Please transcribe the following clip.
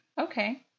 okay